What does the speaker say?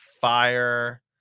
fire